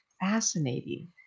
fascinating